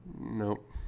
Nope